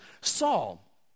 Saul